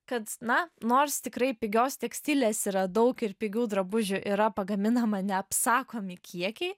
kad na nors tikrai pigios tekstilės yra daug ir pigių drabužių yra pagaminama neapsakomi kiekiai